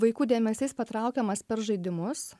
vaikų dėmesys patraukiamas per žaidimus